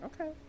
Okay